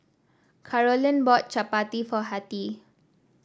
Carolyn bought Chapati for Hattie